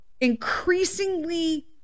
increasingly